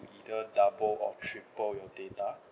either double or triple your data